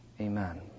Amen